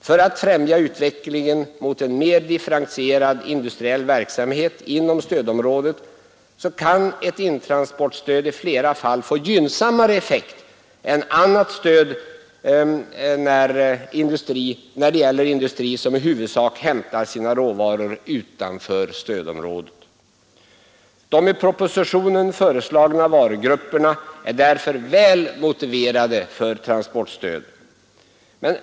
För att främja utvecklingen mot en mer differentierad industriell verksamhet inom stödområdet kan ett intransportstöd i flera fall få gynnsammare effekt än annat stöd när det gäller industri som i huvudsak hämtar sina råvaror utanför stödområdet. De i propositionen föreslagna varugrupperna är därför väl motiverade för transportstöd.